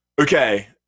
Okay